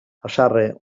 haserre